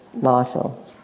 Marshall